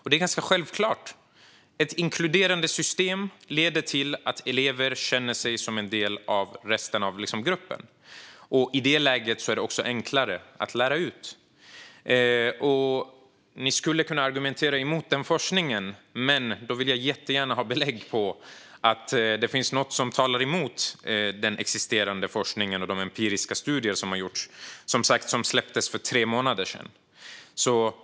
Det är ganska självklart: Ett inkluderande system leder till att elever känner sig som en del av gruppen. I det läget är det också enklare att lära ut. Ni kan argumentera emot forskningen, Niels Paarup-Petersen, men då vill jag gärna ha belägg för att det finns något som talar emot den existerande forskning och de empiriska studier som har gjorts. Dessa släpptes som sagt för tre månader sedan.